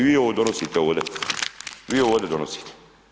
I vi donosite ovdje, vi ovdje donosite.